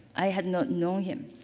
i had not known him.